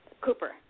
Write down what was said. Cooper